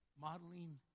modeling